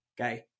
Okay